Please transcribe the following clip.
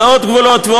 ועוד גבולות,